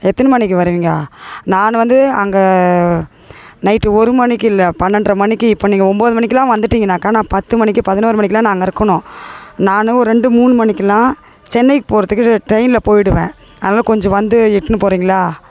எத்தனை மணிக்கு வருவீங்கோ நான் வந்து அங்கே நைட்டு ஒரு மணிக்கு இல்லை பன்னெண்ட்ரை மணிக்கு இப்போ நீங்கள் ஒம்பது மணிக்கெலாம் வந்துட்டீங்கனாக்கா நான் பத்து மணிக்கு பதினொறு மணிக்கெலாம் நான் அங்கே இருக்கணும் நான் ரெண்டு மூணு மணிக்கெலாம் சென்னைக்கு போகிறதுக்கு ட்ரெயினில் போயிடுவேன் அதனால் கொஞ்சம் வந்து இழுட்டுன்னு போகிறீங்களா